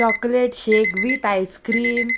chocolate shake with ice cream